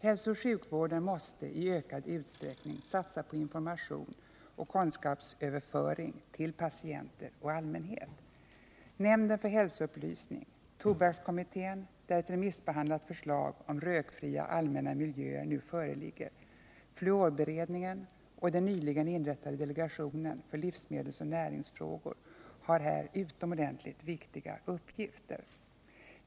Hälsooch sjukvården måste i ökad utsträckning satsa på information och kunskapsöverföring till patienter och allmänhet. Nämnden för hälsoupplysning, tobakskommittén — där ett remissbehandlat förslag om rökfria allmänna miljöer nu föreligger — fluorberedningen och den nyligen inrättade delegationen för livsmedelsoch näringsfrågor har här utomordentligt viktiga uppgifter.